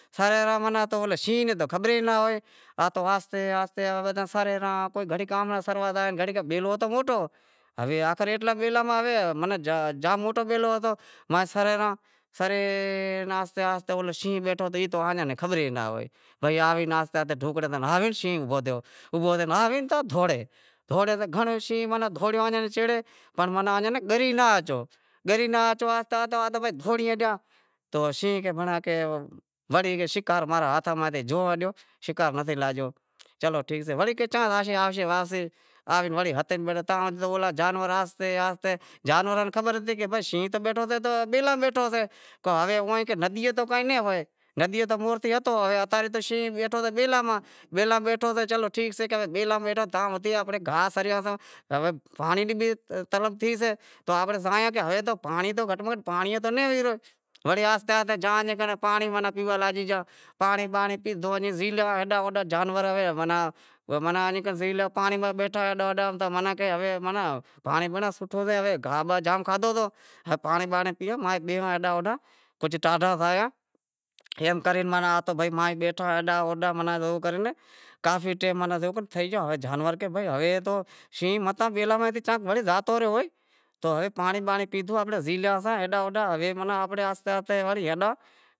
شینہں ناں خبر ئی ناں ہوئے آتو آہستے آہستے آہوے تاں سرے رہاں وڑی گام ناں سروا زائے، وڑی کہے بیلو تاں موٹو سئے وہے ہیٹھلاں بیلاں ماہ زائے سرے رہاں، سرے آہستے آہستے اولو شینہں بیٹھو ہتو او آں نے خبر ئی نتھی، بھئی آہستے آہستے آہستے ڈکھڑے ماہ تھی آوے ئی شینہں اوبھو تھیو، اوبھو تھے آوی تو دہوڑے دہوڑے تو گھنڑو ئی شینہں دہوڑیو ایئاں رے شیڑے پر ماناں گری ناں آچو۔ گری ناں آچوا تو آہستے آہستے دہونڑیں گیا تو شینہں کہے بھینڑیا وڑی شیکار تو ماں رے ہاتھاں ماہ تھی گیو ہالیو، شکار نتھی لاگیو۔ چلو ٹھیک سئے، وڑی چاں زاشیں آوشیں واپسی۔ آوے وڑے ہتے بیٹھا چاں جانور آہستے آہستے جانوراں ناں تو خبر ہتی کی بھائی شینہں بیٹھو سئے تو بیلاں ماہ بیٹھو سئے ہوے ندیئے تو کہیں نیں ہوئے ۔ ندیئے تو موہر تی ہتو ہوے شینہں بیٹھو سئے بیلاں ماہ۔ بیلاں ماہ بیٹھو سئے چلو ٹھیک سئے ہوے بیلاں ماہ بیٹھو سے تو امیں گاہ سرے آساں۔ پانڑی ری بی طلب تھی سئے۔ ہوے زائیں تو گھٹ میں گھٹ پانڑی تو نئیں آوی رہیو، پسے آہستے آہستے زائے پانڑی پیوا لاگے گیا۔ پانڑی پیدہو، زیلہیا ہیڈاں ہوڈاں پانڑی ماتھے بیٹھیا کہیں ہوے بھینڑیاں پانڑی سوٹھو سئے گاہ جام کھادہو تو ہے پانڑی بانڑی پیواں بیہواں ہیڈاں ہوڈاں کجھ ٹھاڈا تھیاںایم کرے بیٹھا ہیڈاں ہوڈاں ماناں زوئے کرے ناں کافی ٹیم جیوو کر تھئی گیو ہے جانور کہیں شینہں تو بیلاں ماہ متاں زاتو رہیو ہوئے تو ہے پانڑی بانڑی پیدہو زیلیا سیں ہیڈاں ہوڈاں ہے ماناں آنپڑے آہستے آہستے وڑے